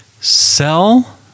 Sell